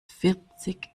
vierzig